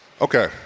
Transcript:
Okay